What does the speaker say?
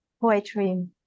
poetry